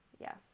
Yes